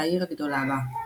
והעיר הגדולה בה.